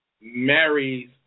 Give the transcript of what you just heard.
marries